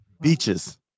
Beaches